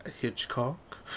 Hitchcock